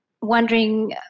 wondering